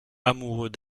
amoureux